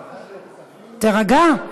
תירגע.